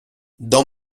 dans